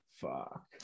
Fuck